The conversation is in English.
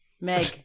Meg